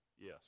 Yes